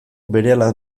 berehala